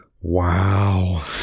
wow